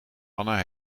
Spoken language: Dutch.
anna